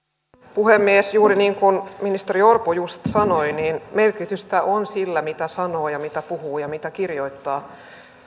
puhemies juuri niin kuin ministeri orpo juuri sanoi merkitystä on sillä mitä sanoo ja mitä puhuu ja mitä kirjoittaa